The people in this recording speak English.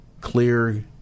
clear